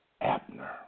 Abner